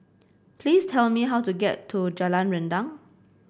please tell me how to get to Jalan Rendang